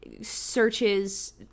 searches